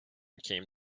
came